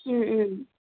Om Om